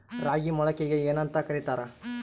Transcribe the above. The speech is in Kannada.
ರಾಗಿ ಮೊಳಕೆಗೆ ಏನ್ಯಾಂತ ಕರಿತಾರ?